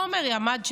עמר עמד שם,